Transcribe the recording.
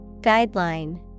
Guideline